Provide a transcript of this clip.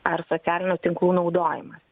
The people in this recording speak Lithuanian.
ar socialinių tinklų naudojimas